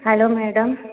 hello madam